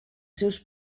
seus